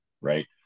right